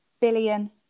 billion